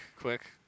quick